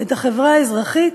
את החברה האזרחית,